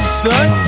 son